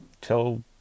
tell